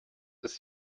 ist